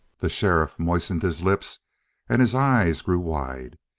the sheriff moistened his lips and his eyes grew wild.